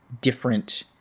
different